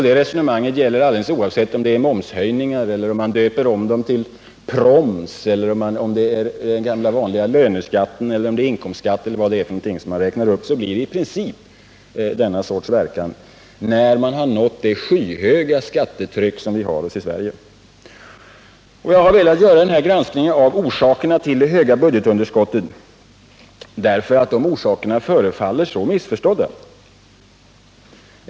Det resonemanget gäller alldeles oavsett om det är momshöjningar — eller om man döper om dem till ”proms” — eller om det är den gamla vanliga löneskatten eller inkomstskatten eller vad det än är som man resonerar om. Det blir i princip denna sorts verkan när man har nått det skyhöga skattetryck som vi har i Sverige. Jag har velat göra den här granskningen av orsakerna till det höga budgetunderskottet därför att dessa orsaker förefaller så missförstådda.